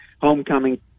homecoming